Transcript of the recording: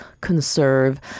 conserve